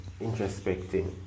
introspecting